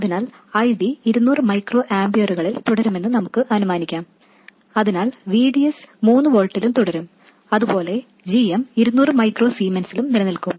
അതിനാൽ ID 200 micro ആമ്പിയറുകളിൽ തുടരുമെന്ന് നമ്മൾ അനുമാനിക്കും അതിനാൽ V D S 3 വോൾട്ടിലും തുടരും അതുപോലെ gm 200 മൈക്രോ സീമെൻസിലും നിലനിൽക്കും